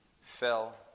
fell